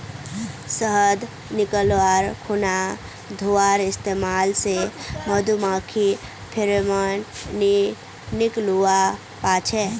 शहद निकाल्वार खुना धुंआर इस्तेमाल से मधुमाखी फेरोमोन नि निक्लुआ पाछे